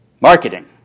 Marketing